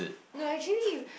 no actually you